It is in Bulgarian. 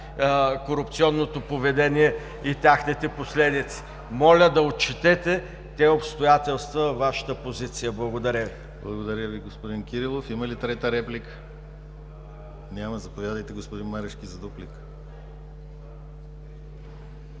корупционното поведение и техните последици. Моля да отчетете тези обстоятелства във Вашата позиция. Благодаря Ви. ПРЕДСЕДАТЕЛ ДИМИТЪР ГЛАВЧЕВ: Благодаря Ви, господин Кирилов. Има ли трета реплика? Няма. Заповядайте, господин Марешки, за дуплика.